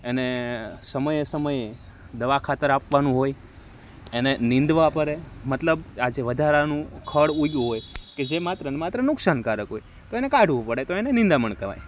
એને સમયે સમયે દવા ખાતર આપવાનું હોય એને નીંદવા પરે મતલબ આજે વધારાનું ખડ ઉયગુ હોય કે જે માત્રને માત્ર નુકશાનકારક હોય તો એને કાઢવું પડે તો એને નીંદામણ કેવાય